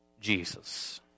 Jesus